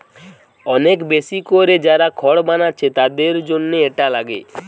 অনেক বেশি কোরে যারা খড় বানাচ্ছে তাদের জন্যে এটা লাগে